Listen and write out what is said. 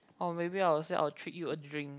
or maybe I will say I will treat you a drink